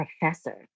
professor